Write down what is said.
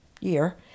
year